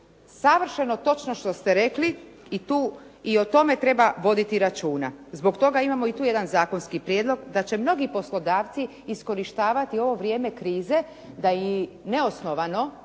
savršeno točno što ste rekli i o tome treba voditi računa. Zbog toga imamo i tu jedan zakonski prijedlog da će mnogi poslodavci iskorištavati ovo vrijeme krize da i neosnovano,